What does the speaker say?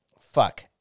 Fuck